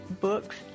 books